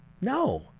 No